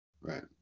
Right